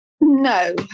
No